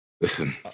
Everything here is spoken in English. Listen